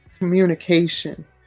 communication